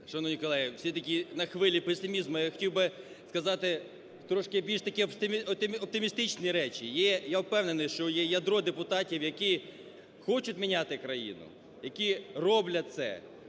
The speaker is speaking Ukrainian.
Шановні колеги, все-таки на хвилі песимізму я хотів би сказати трішки більш такі оптимістичні речі. Я впевнений, що є ядро депутатів, які хочуть міняти країну, які роблять це.